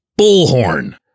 bullhorn